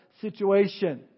situation